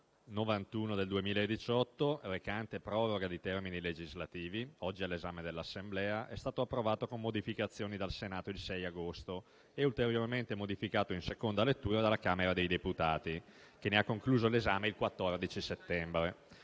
n. 91 del 2018, recante proroga di termini previsti da disposizioni legislative, oggi all'esame dell'Assemblea, è stato approvato con modificazioni dal Senato il 6 agosto e ulteriormente modificato, in seconda lettura, dalla Camera dei deputati, che ne ha concluso l'esame il 14 settembre.